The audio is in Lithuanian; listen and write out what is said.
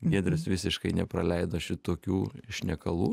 giedrius visiškai nepraleido šitokių šnekalų